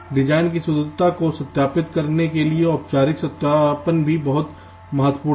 design की शुद्धता को सत्यापित करने के लिए औपचारिक सत्यापन भी बहुत महत्वपूर्ण है